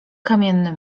kamienny